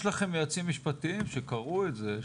אבל אני מניח שיש לכם יועצים משפטיים שקראו את זה,